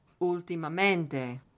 Ultimamente